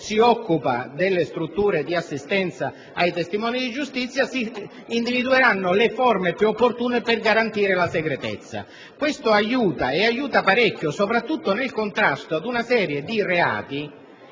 si occupa delle strutture di assistenza ai testimoni di giustizia, si individueranno le forme più opportune per garantire la segretezza. Questo aiuta, e parecchio, soprattutto nel contrasto ad una serie di reati